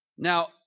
Now